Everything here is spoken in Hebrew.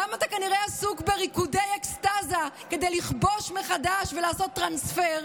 אתה גם כנראה עסוק בריקודי אקסטזה כדי לכבוש מחדש ולעשות טרנספר.